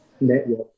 network